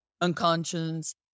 unconscious